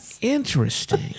Interesting